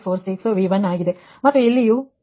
ಮತ್ತು ಇಲ್ಲಿಯೂ ಅದು −0